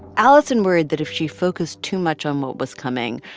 alison worried that if she focused too much on what was coming,